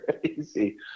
crazy